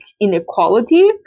inequality